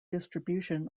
distribution